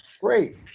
Great